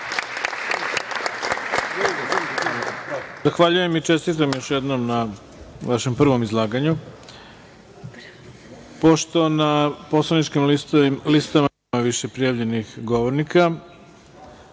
Zahvaljujem i čestitam još jednom na vašem prvom izlaganju. Pošto na poslaničkim, listama nema više prijavljenih govornika,